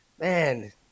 man